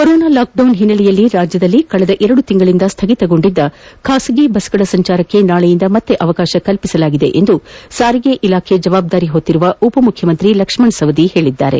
corona lockdown ಹಿನ್ನೆಲೆಯಲ್ಲಿ ರಾಜ್ಯದಲ್ಲಿ ಕಳೆದ ಎರಡು ತಿಂಗಳಿನಿಂದ ಸ್ಲಗಿತಗೊಂಡಿದ್ದ ಖಾಸಗಿ ಬಸ್ಗಳ ಸಂಚಾರಕ್ಕೆ ನಾಳೆಯಿಂದ ಅವಕಾಶ ಕಲ್ಪಿಸಲಾಗಿದೆ ಎಂದು ಸಾರಿಗೆ ಇಲಾಖೆ ಜವಾಬ್ದಾರಿ ಹೊತ್ತಿರುವ ಉಪಮುಖ್ಯಮಂತ್ರಿ ಲಕ್ಷ್ಮಣ ಸವದಿ ತಿಳಿಸಿದ್ದಾರೆ